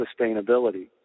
sustainability